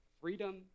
freedom